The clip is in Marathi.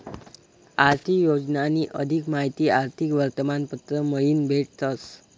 आर्थिक योजनानी अधिक माहिती आर्थिक वर्तमानपत्र मयीन भेटस